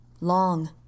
long